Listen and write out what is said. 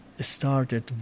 Started